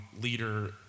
leader